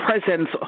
presence